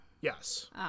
yes